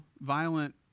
violent